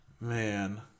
Man